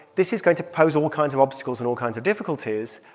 this is going to pose all kinds of obstacles and all kinds of difficulties.